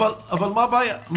אבל מה הבעיה עם